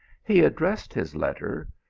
he addressed his letter,